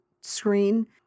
screen